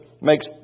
makes